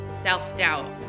self-doubt